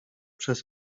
przez